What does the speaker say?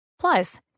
Plus